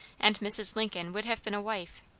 and mrs. lincoln would have been a wife,